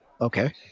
Okay